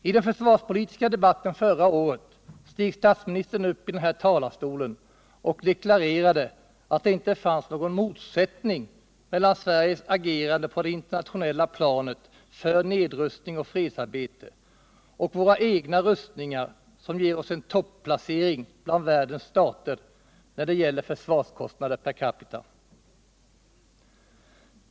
I den försvarspolitiska debatten förra året steg statsministern upp här och deklarerade att det inte finns någon motsättning mellan Sveriges agerande på det internationella planet för nedrustning och fredsarbete och våra egna rustningar, som ger oss en topplacering bland världens stater när det gäller försvarskostnader per capita.